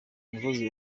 umusozi